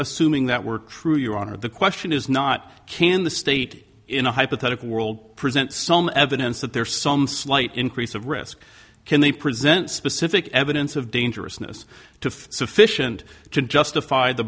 assuming that were true your honor the question is not can the state in a hypothetical world present some evidence that there is some slight increase of risk can they present specific evidence of dangerousness to sufficient to justify the